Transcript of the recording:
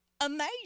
Amazing